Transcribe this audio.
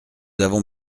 avons